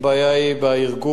הבעיה היא בארגון,